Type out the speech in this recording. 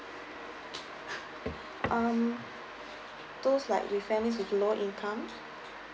um those like it's family with low income